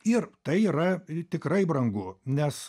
ir tai yra tikrai brangu nes